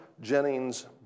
Jennings